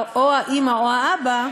או האימא או האבא,